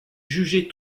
jugée